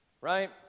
right